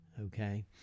okay